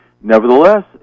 Nevertheless